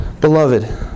Beloved